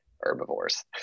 herbivores